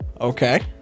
Okay